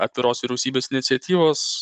atviros vyriausybės iniciatyvos